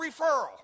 referral